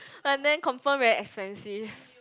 but then confirm very expensive